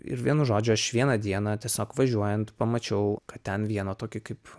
ir vienu žodžiu aš vieną dieną tiesiog važiuojant pamačiau kad ten vieną tokį kaip